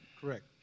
Correct